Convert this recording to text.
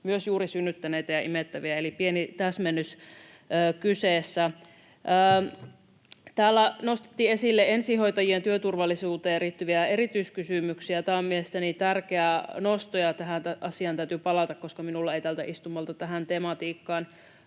myös juuri synnyttäneitä ja imettäviä, eli pieni täsmennys kyseessä. Täällä nostettiin esille ensihoitajien työturvallisuuteen liittyviä erityiskysymyksiä. Tämä on mielestäni tärkeä nosto, ja asiaan täytyy palata, koska minulla ei tältä istumalta tähän tematiikkaan